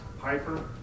Piper